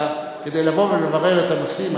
אלא כדי לבוא ולברר את הנושאים.